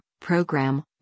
program